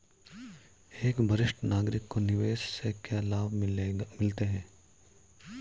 एक वरिष्ठ नागरिक को निवेश से क्या लाभ मिलते हैं?